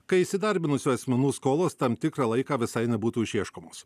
kai įsidarbinusių asmenų skolos tam tikrą laiką visai nebūtų išieškomos